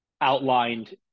outlined